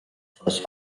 plus